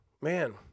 Man